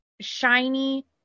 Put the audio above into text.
shiny